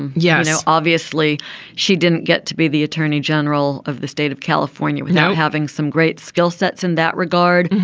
and yeah know obviously she didn't get to be the attorney general of the state of california without having some great skill sets in that regard.